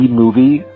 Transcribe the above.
movie